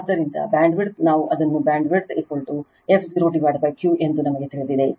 ಆದ್ದರಿಂದ ಬ್ಯಾಂಡ್ವಿಡ್ತ್ ನಾವು ಅದನ್ನು ಬ್ಯಾಂಡ್ವಿಡ್ತ್ f0 Q ಎಂದು ನಮಗೆ ತಿಳಿದಿದೆ